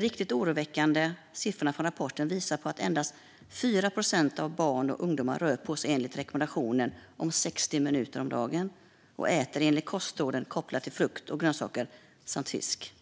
Riktigt oroväckande siffror i rapporten visar på att endast 4 procent av barn och ungdomar rör på sig enligt rekommendationen om 60 minuter om dagen och äter enligt kostråden om frukt och grönsaker samt fisk.